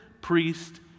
priest